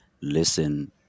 listen